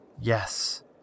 Yes